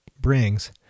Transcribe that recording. brings